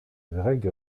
greg